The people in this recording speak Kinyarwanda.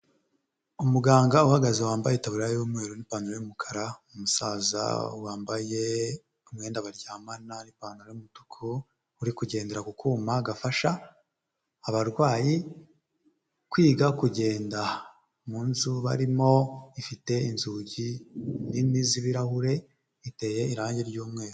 Umuganga uhagaze wambaye itaburiya y'umweru n'ipantaro y'umukara, umusaza wambaye umwenda baryamana n'ipantaro y'umutuku, uri kugendera ku kuma gafasha abarwayi kwiga kugenda, mu nzu barimo ifite inzugi nini z'ibirahure, iteye irangi ry'umweru.